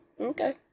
Okay